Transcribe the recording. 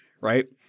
right